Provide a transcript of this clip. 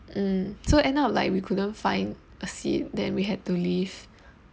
mm so end up like we couldn't find a seat then we had to leave